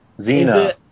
Zena